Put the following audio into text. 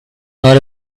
not